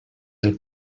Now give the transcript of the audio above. del